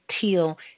Teal